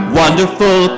wonderful